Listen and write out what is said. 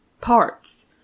parts